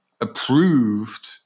approved